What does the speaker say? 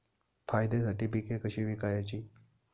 फायद्यासाठी पिके कशी विकायची?